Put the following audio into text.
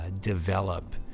develop